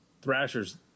thrasher's